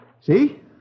See